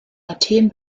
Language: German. athen